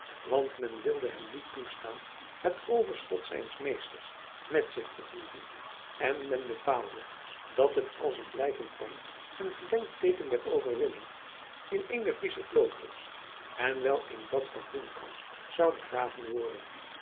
want men wilde hem niet toestaan het overschot zijns meesters met zich te voeren en men bepaalde dat het als een blijvend pand en gedenkteeken der overwinning in een der friesche kloosters en wel in dat van bloemkamp zou begraven worden